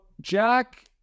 Jack